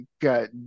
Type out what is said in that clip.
got